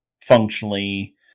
functionally